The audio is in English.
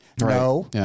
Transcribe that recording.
No